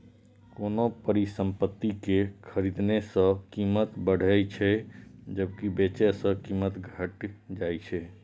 कोनो परिसंपत्ति कें खरीदने सं कीमत बढ़ै छै, जबकि बेचै सं कीमत घटि जाइ छै